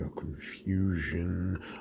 Confusion